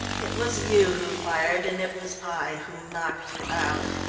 it was you who fired, and it was i who knocked you out.